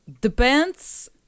Depends